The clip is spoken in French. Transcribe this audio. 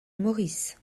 maurice